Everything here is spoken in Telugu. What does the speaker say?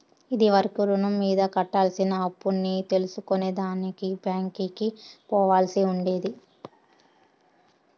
ఇది వరకు రుణం మీద కట్టాల్సిన అప్పుని తెల్సుకునే దానికి బ్యాంకికి పోవాల్సి ఉండేది